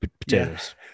Potatoes